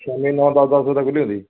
ਸ਼ਾਮੀ ਨੌ ਦਸ ਦਸ ਵਜੇ ਤੱਕ ਖੁਲੀ ਹੁੰਦੀ